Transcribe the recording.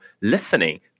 listening